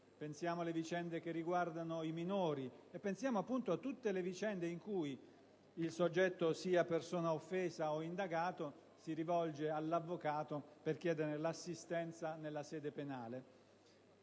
alle vicende che riguardano i minori, a tutte le vicende in cui il soggetto - sia egli persona offesa o indagato - si rivolge all'avvocato per chiederne l'assistenza nella sede penale.